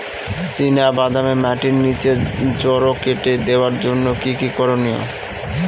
চিনা বাদামে মাটির নিচে জড় কেটে দেওয়ার জন্য কি কী করনীয়?